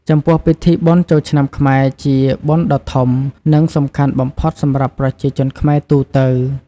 ចំពោះពិធីបុណ្យចូលឆ្នាំខ្មែរជាបុណ្យដ៏ធំ និងសំខាន់បំផុតសម្រាប់ប្រជាជនខ្មែរទូទៅ។